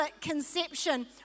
conception